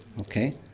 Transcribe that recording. Okay